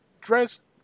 dressed